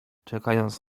czekając